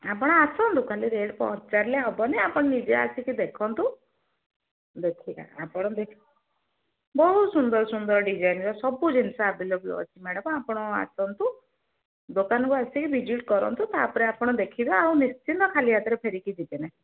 ଆପଣ ଆସନ୍ତୁ ଖାଲି ରେଟ୍ ପଚାରିଲେ ହେବନି ଆପଣ ନିଜେ ଆସିକି ଦେଖନ୍ତୁ ଦେଖିବା ଆପଣ ଦେଖ ବହୁତ ସୁନ୍ଦର ସୁନ୍ଦର ଡିଜାଇନ୍ର ସବୁ ଜିନିଷ ଆଭେଲେବୁଲ୍ ଅଛି ମ୍ୟାଡ଼ମ୍ ଆପଣ ଆସନ୍ତୁ ଦୋକାନକୁ ଆସିକି ଭିଜିଟ୍ କରନ୍ତୁ ତା'ପରେ ଆପଣ ଦେଖିବେ ଆଉ ନିଶ୍ଚିନ୍ତ ଖାଲି ହାତରେ ଫେରିକି ଯିବେ ନାହିଁ